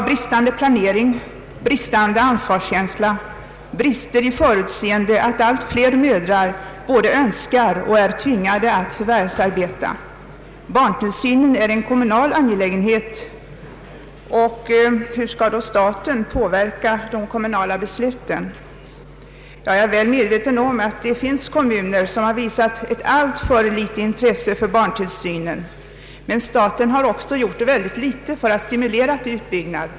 Bristande planering, bristande ansvarskänsla och brister när det gäller att förutse att allt flera mödrar både önskar och är tvingade att förvärvsarbeta har bidragit till att skapa denna situation. Barntillsynen är en kommunal angelägenhet, säger man. Hur skall då staten påverka de kommunala besluten? Jag är väl medveten om att det finns kommuner som visat ett alltför litet intresse för barntillsynen, men staten har också gjort mycket litet för att stimulera till utbyggnad.